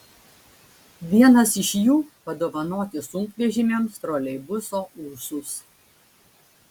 vienas iš jų padovanoti sunkvežimiams troleibuso ūsus